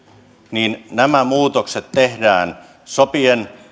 niin nämä muutokset tehdään sopien